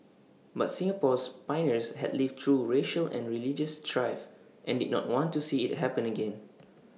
but Singapore's pioneers had lived through racial and religious strife and did not want to see IT happen again